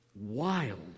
wild